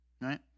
right